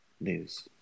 news